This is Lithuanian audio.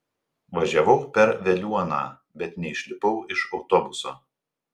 važiavau per veliuoną bet neišlipau iš autobuso